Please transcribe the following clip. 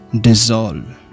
dissolve